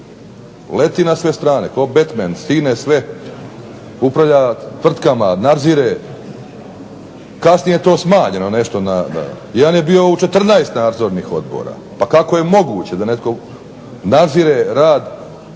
leti na sve strane, kao Batman stigne sve, upravlja tvrtkama, nadzire, kasnije to smanjeno nešto, jedan je bio u 14 nadzornih odbora, kako je moguće da netko nadzire rad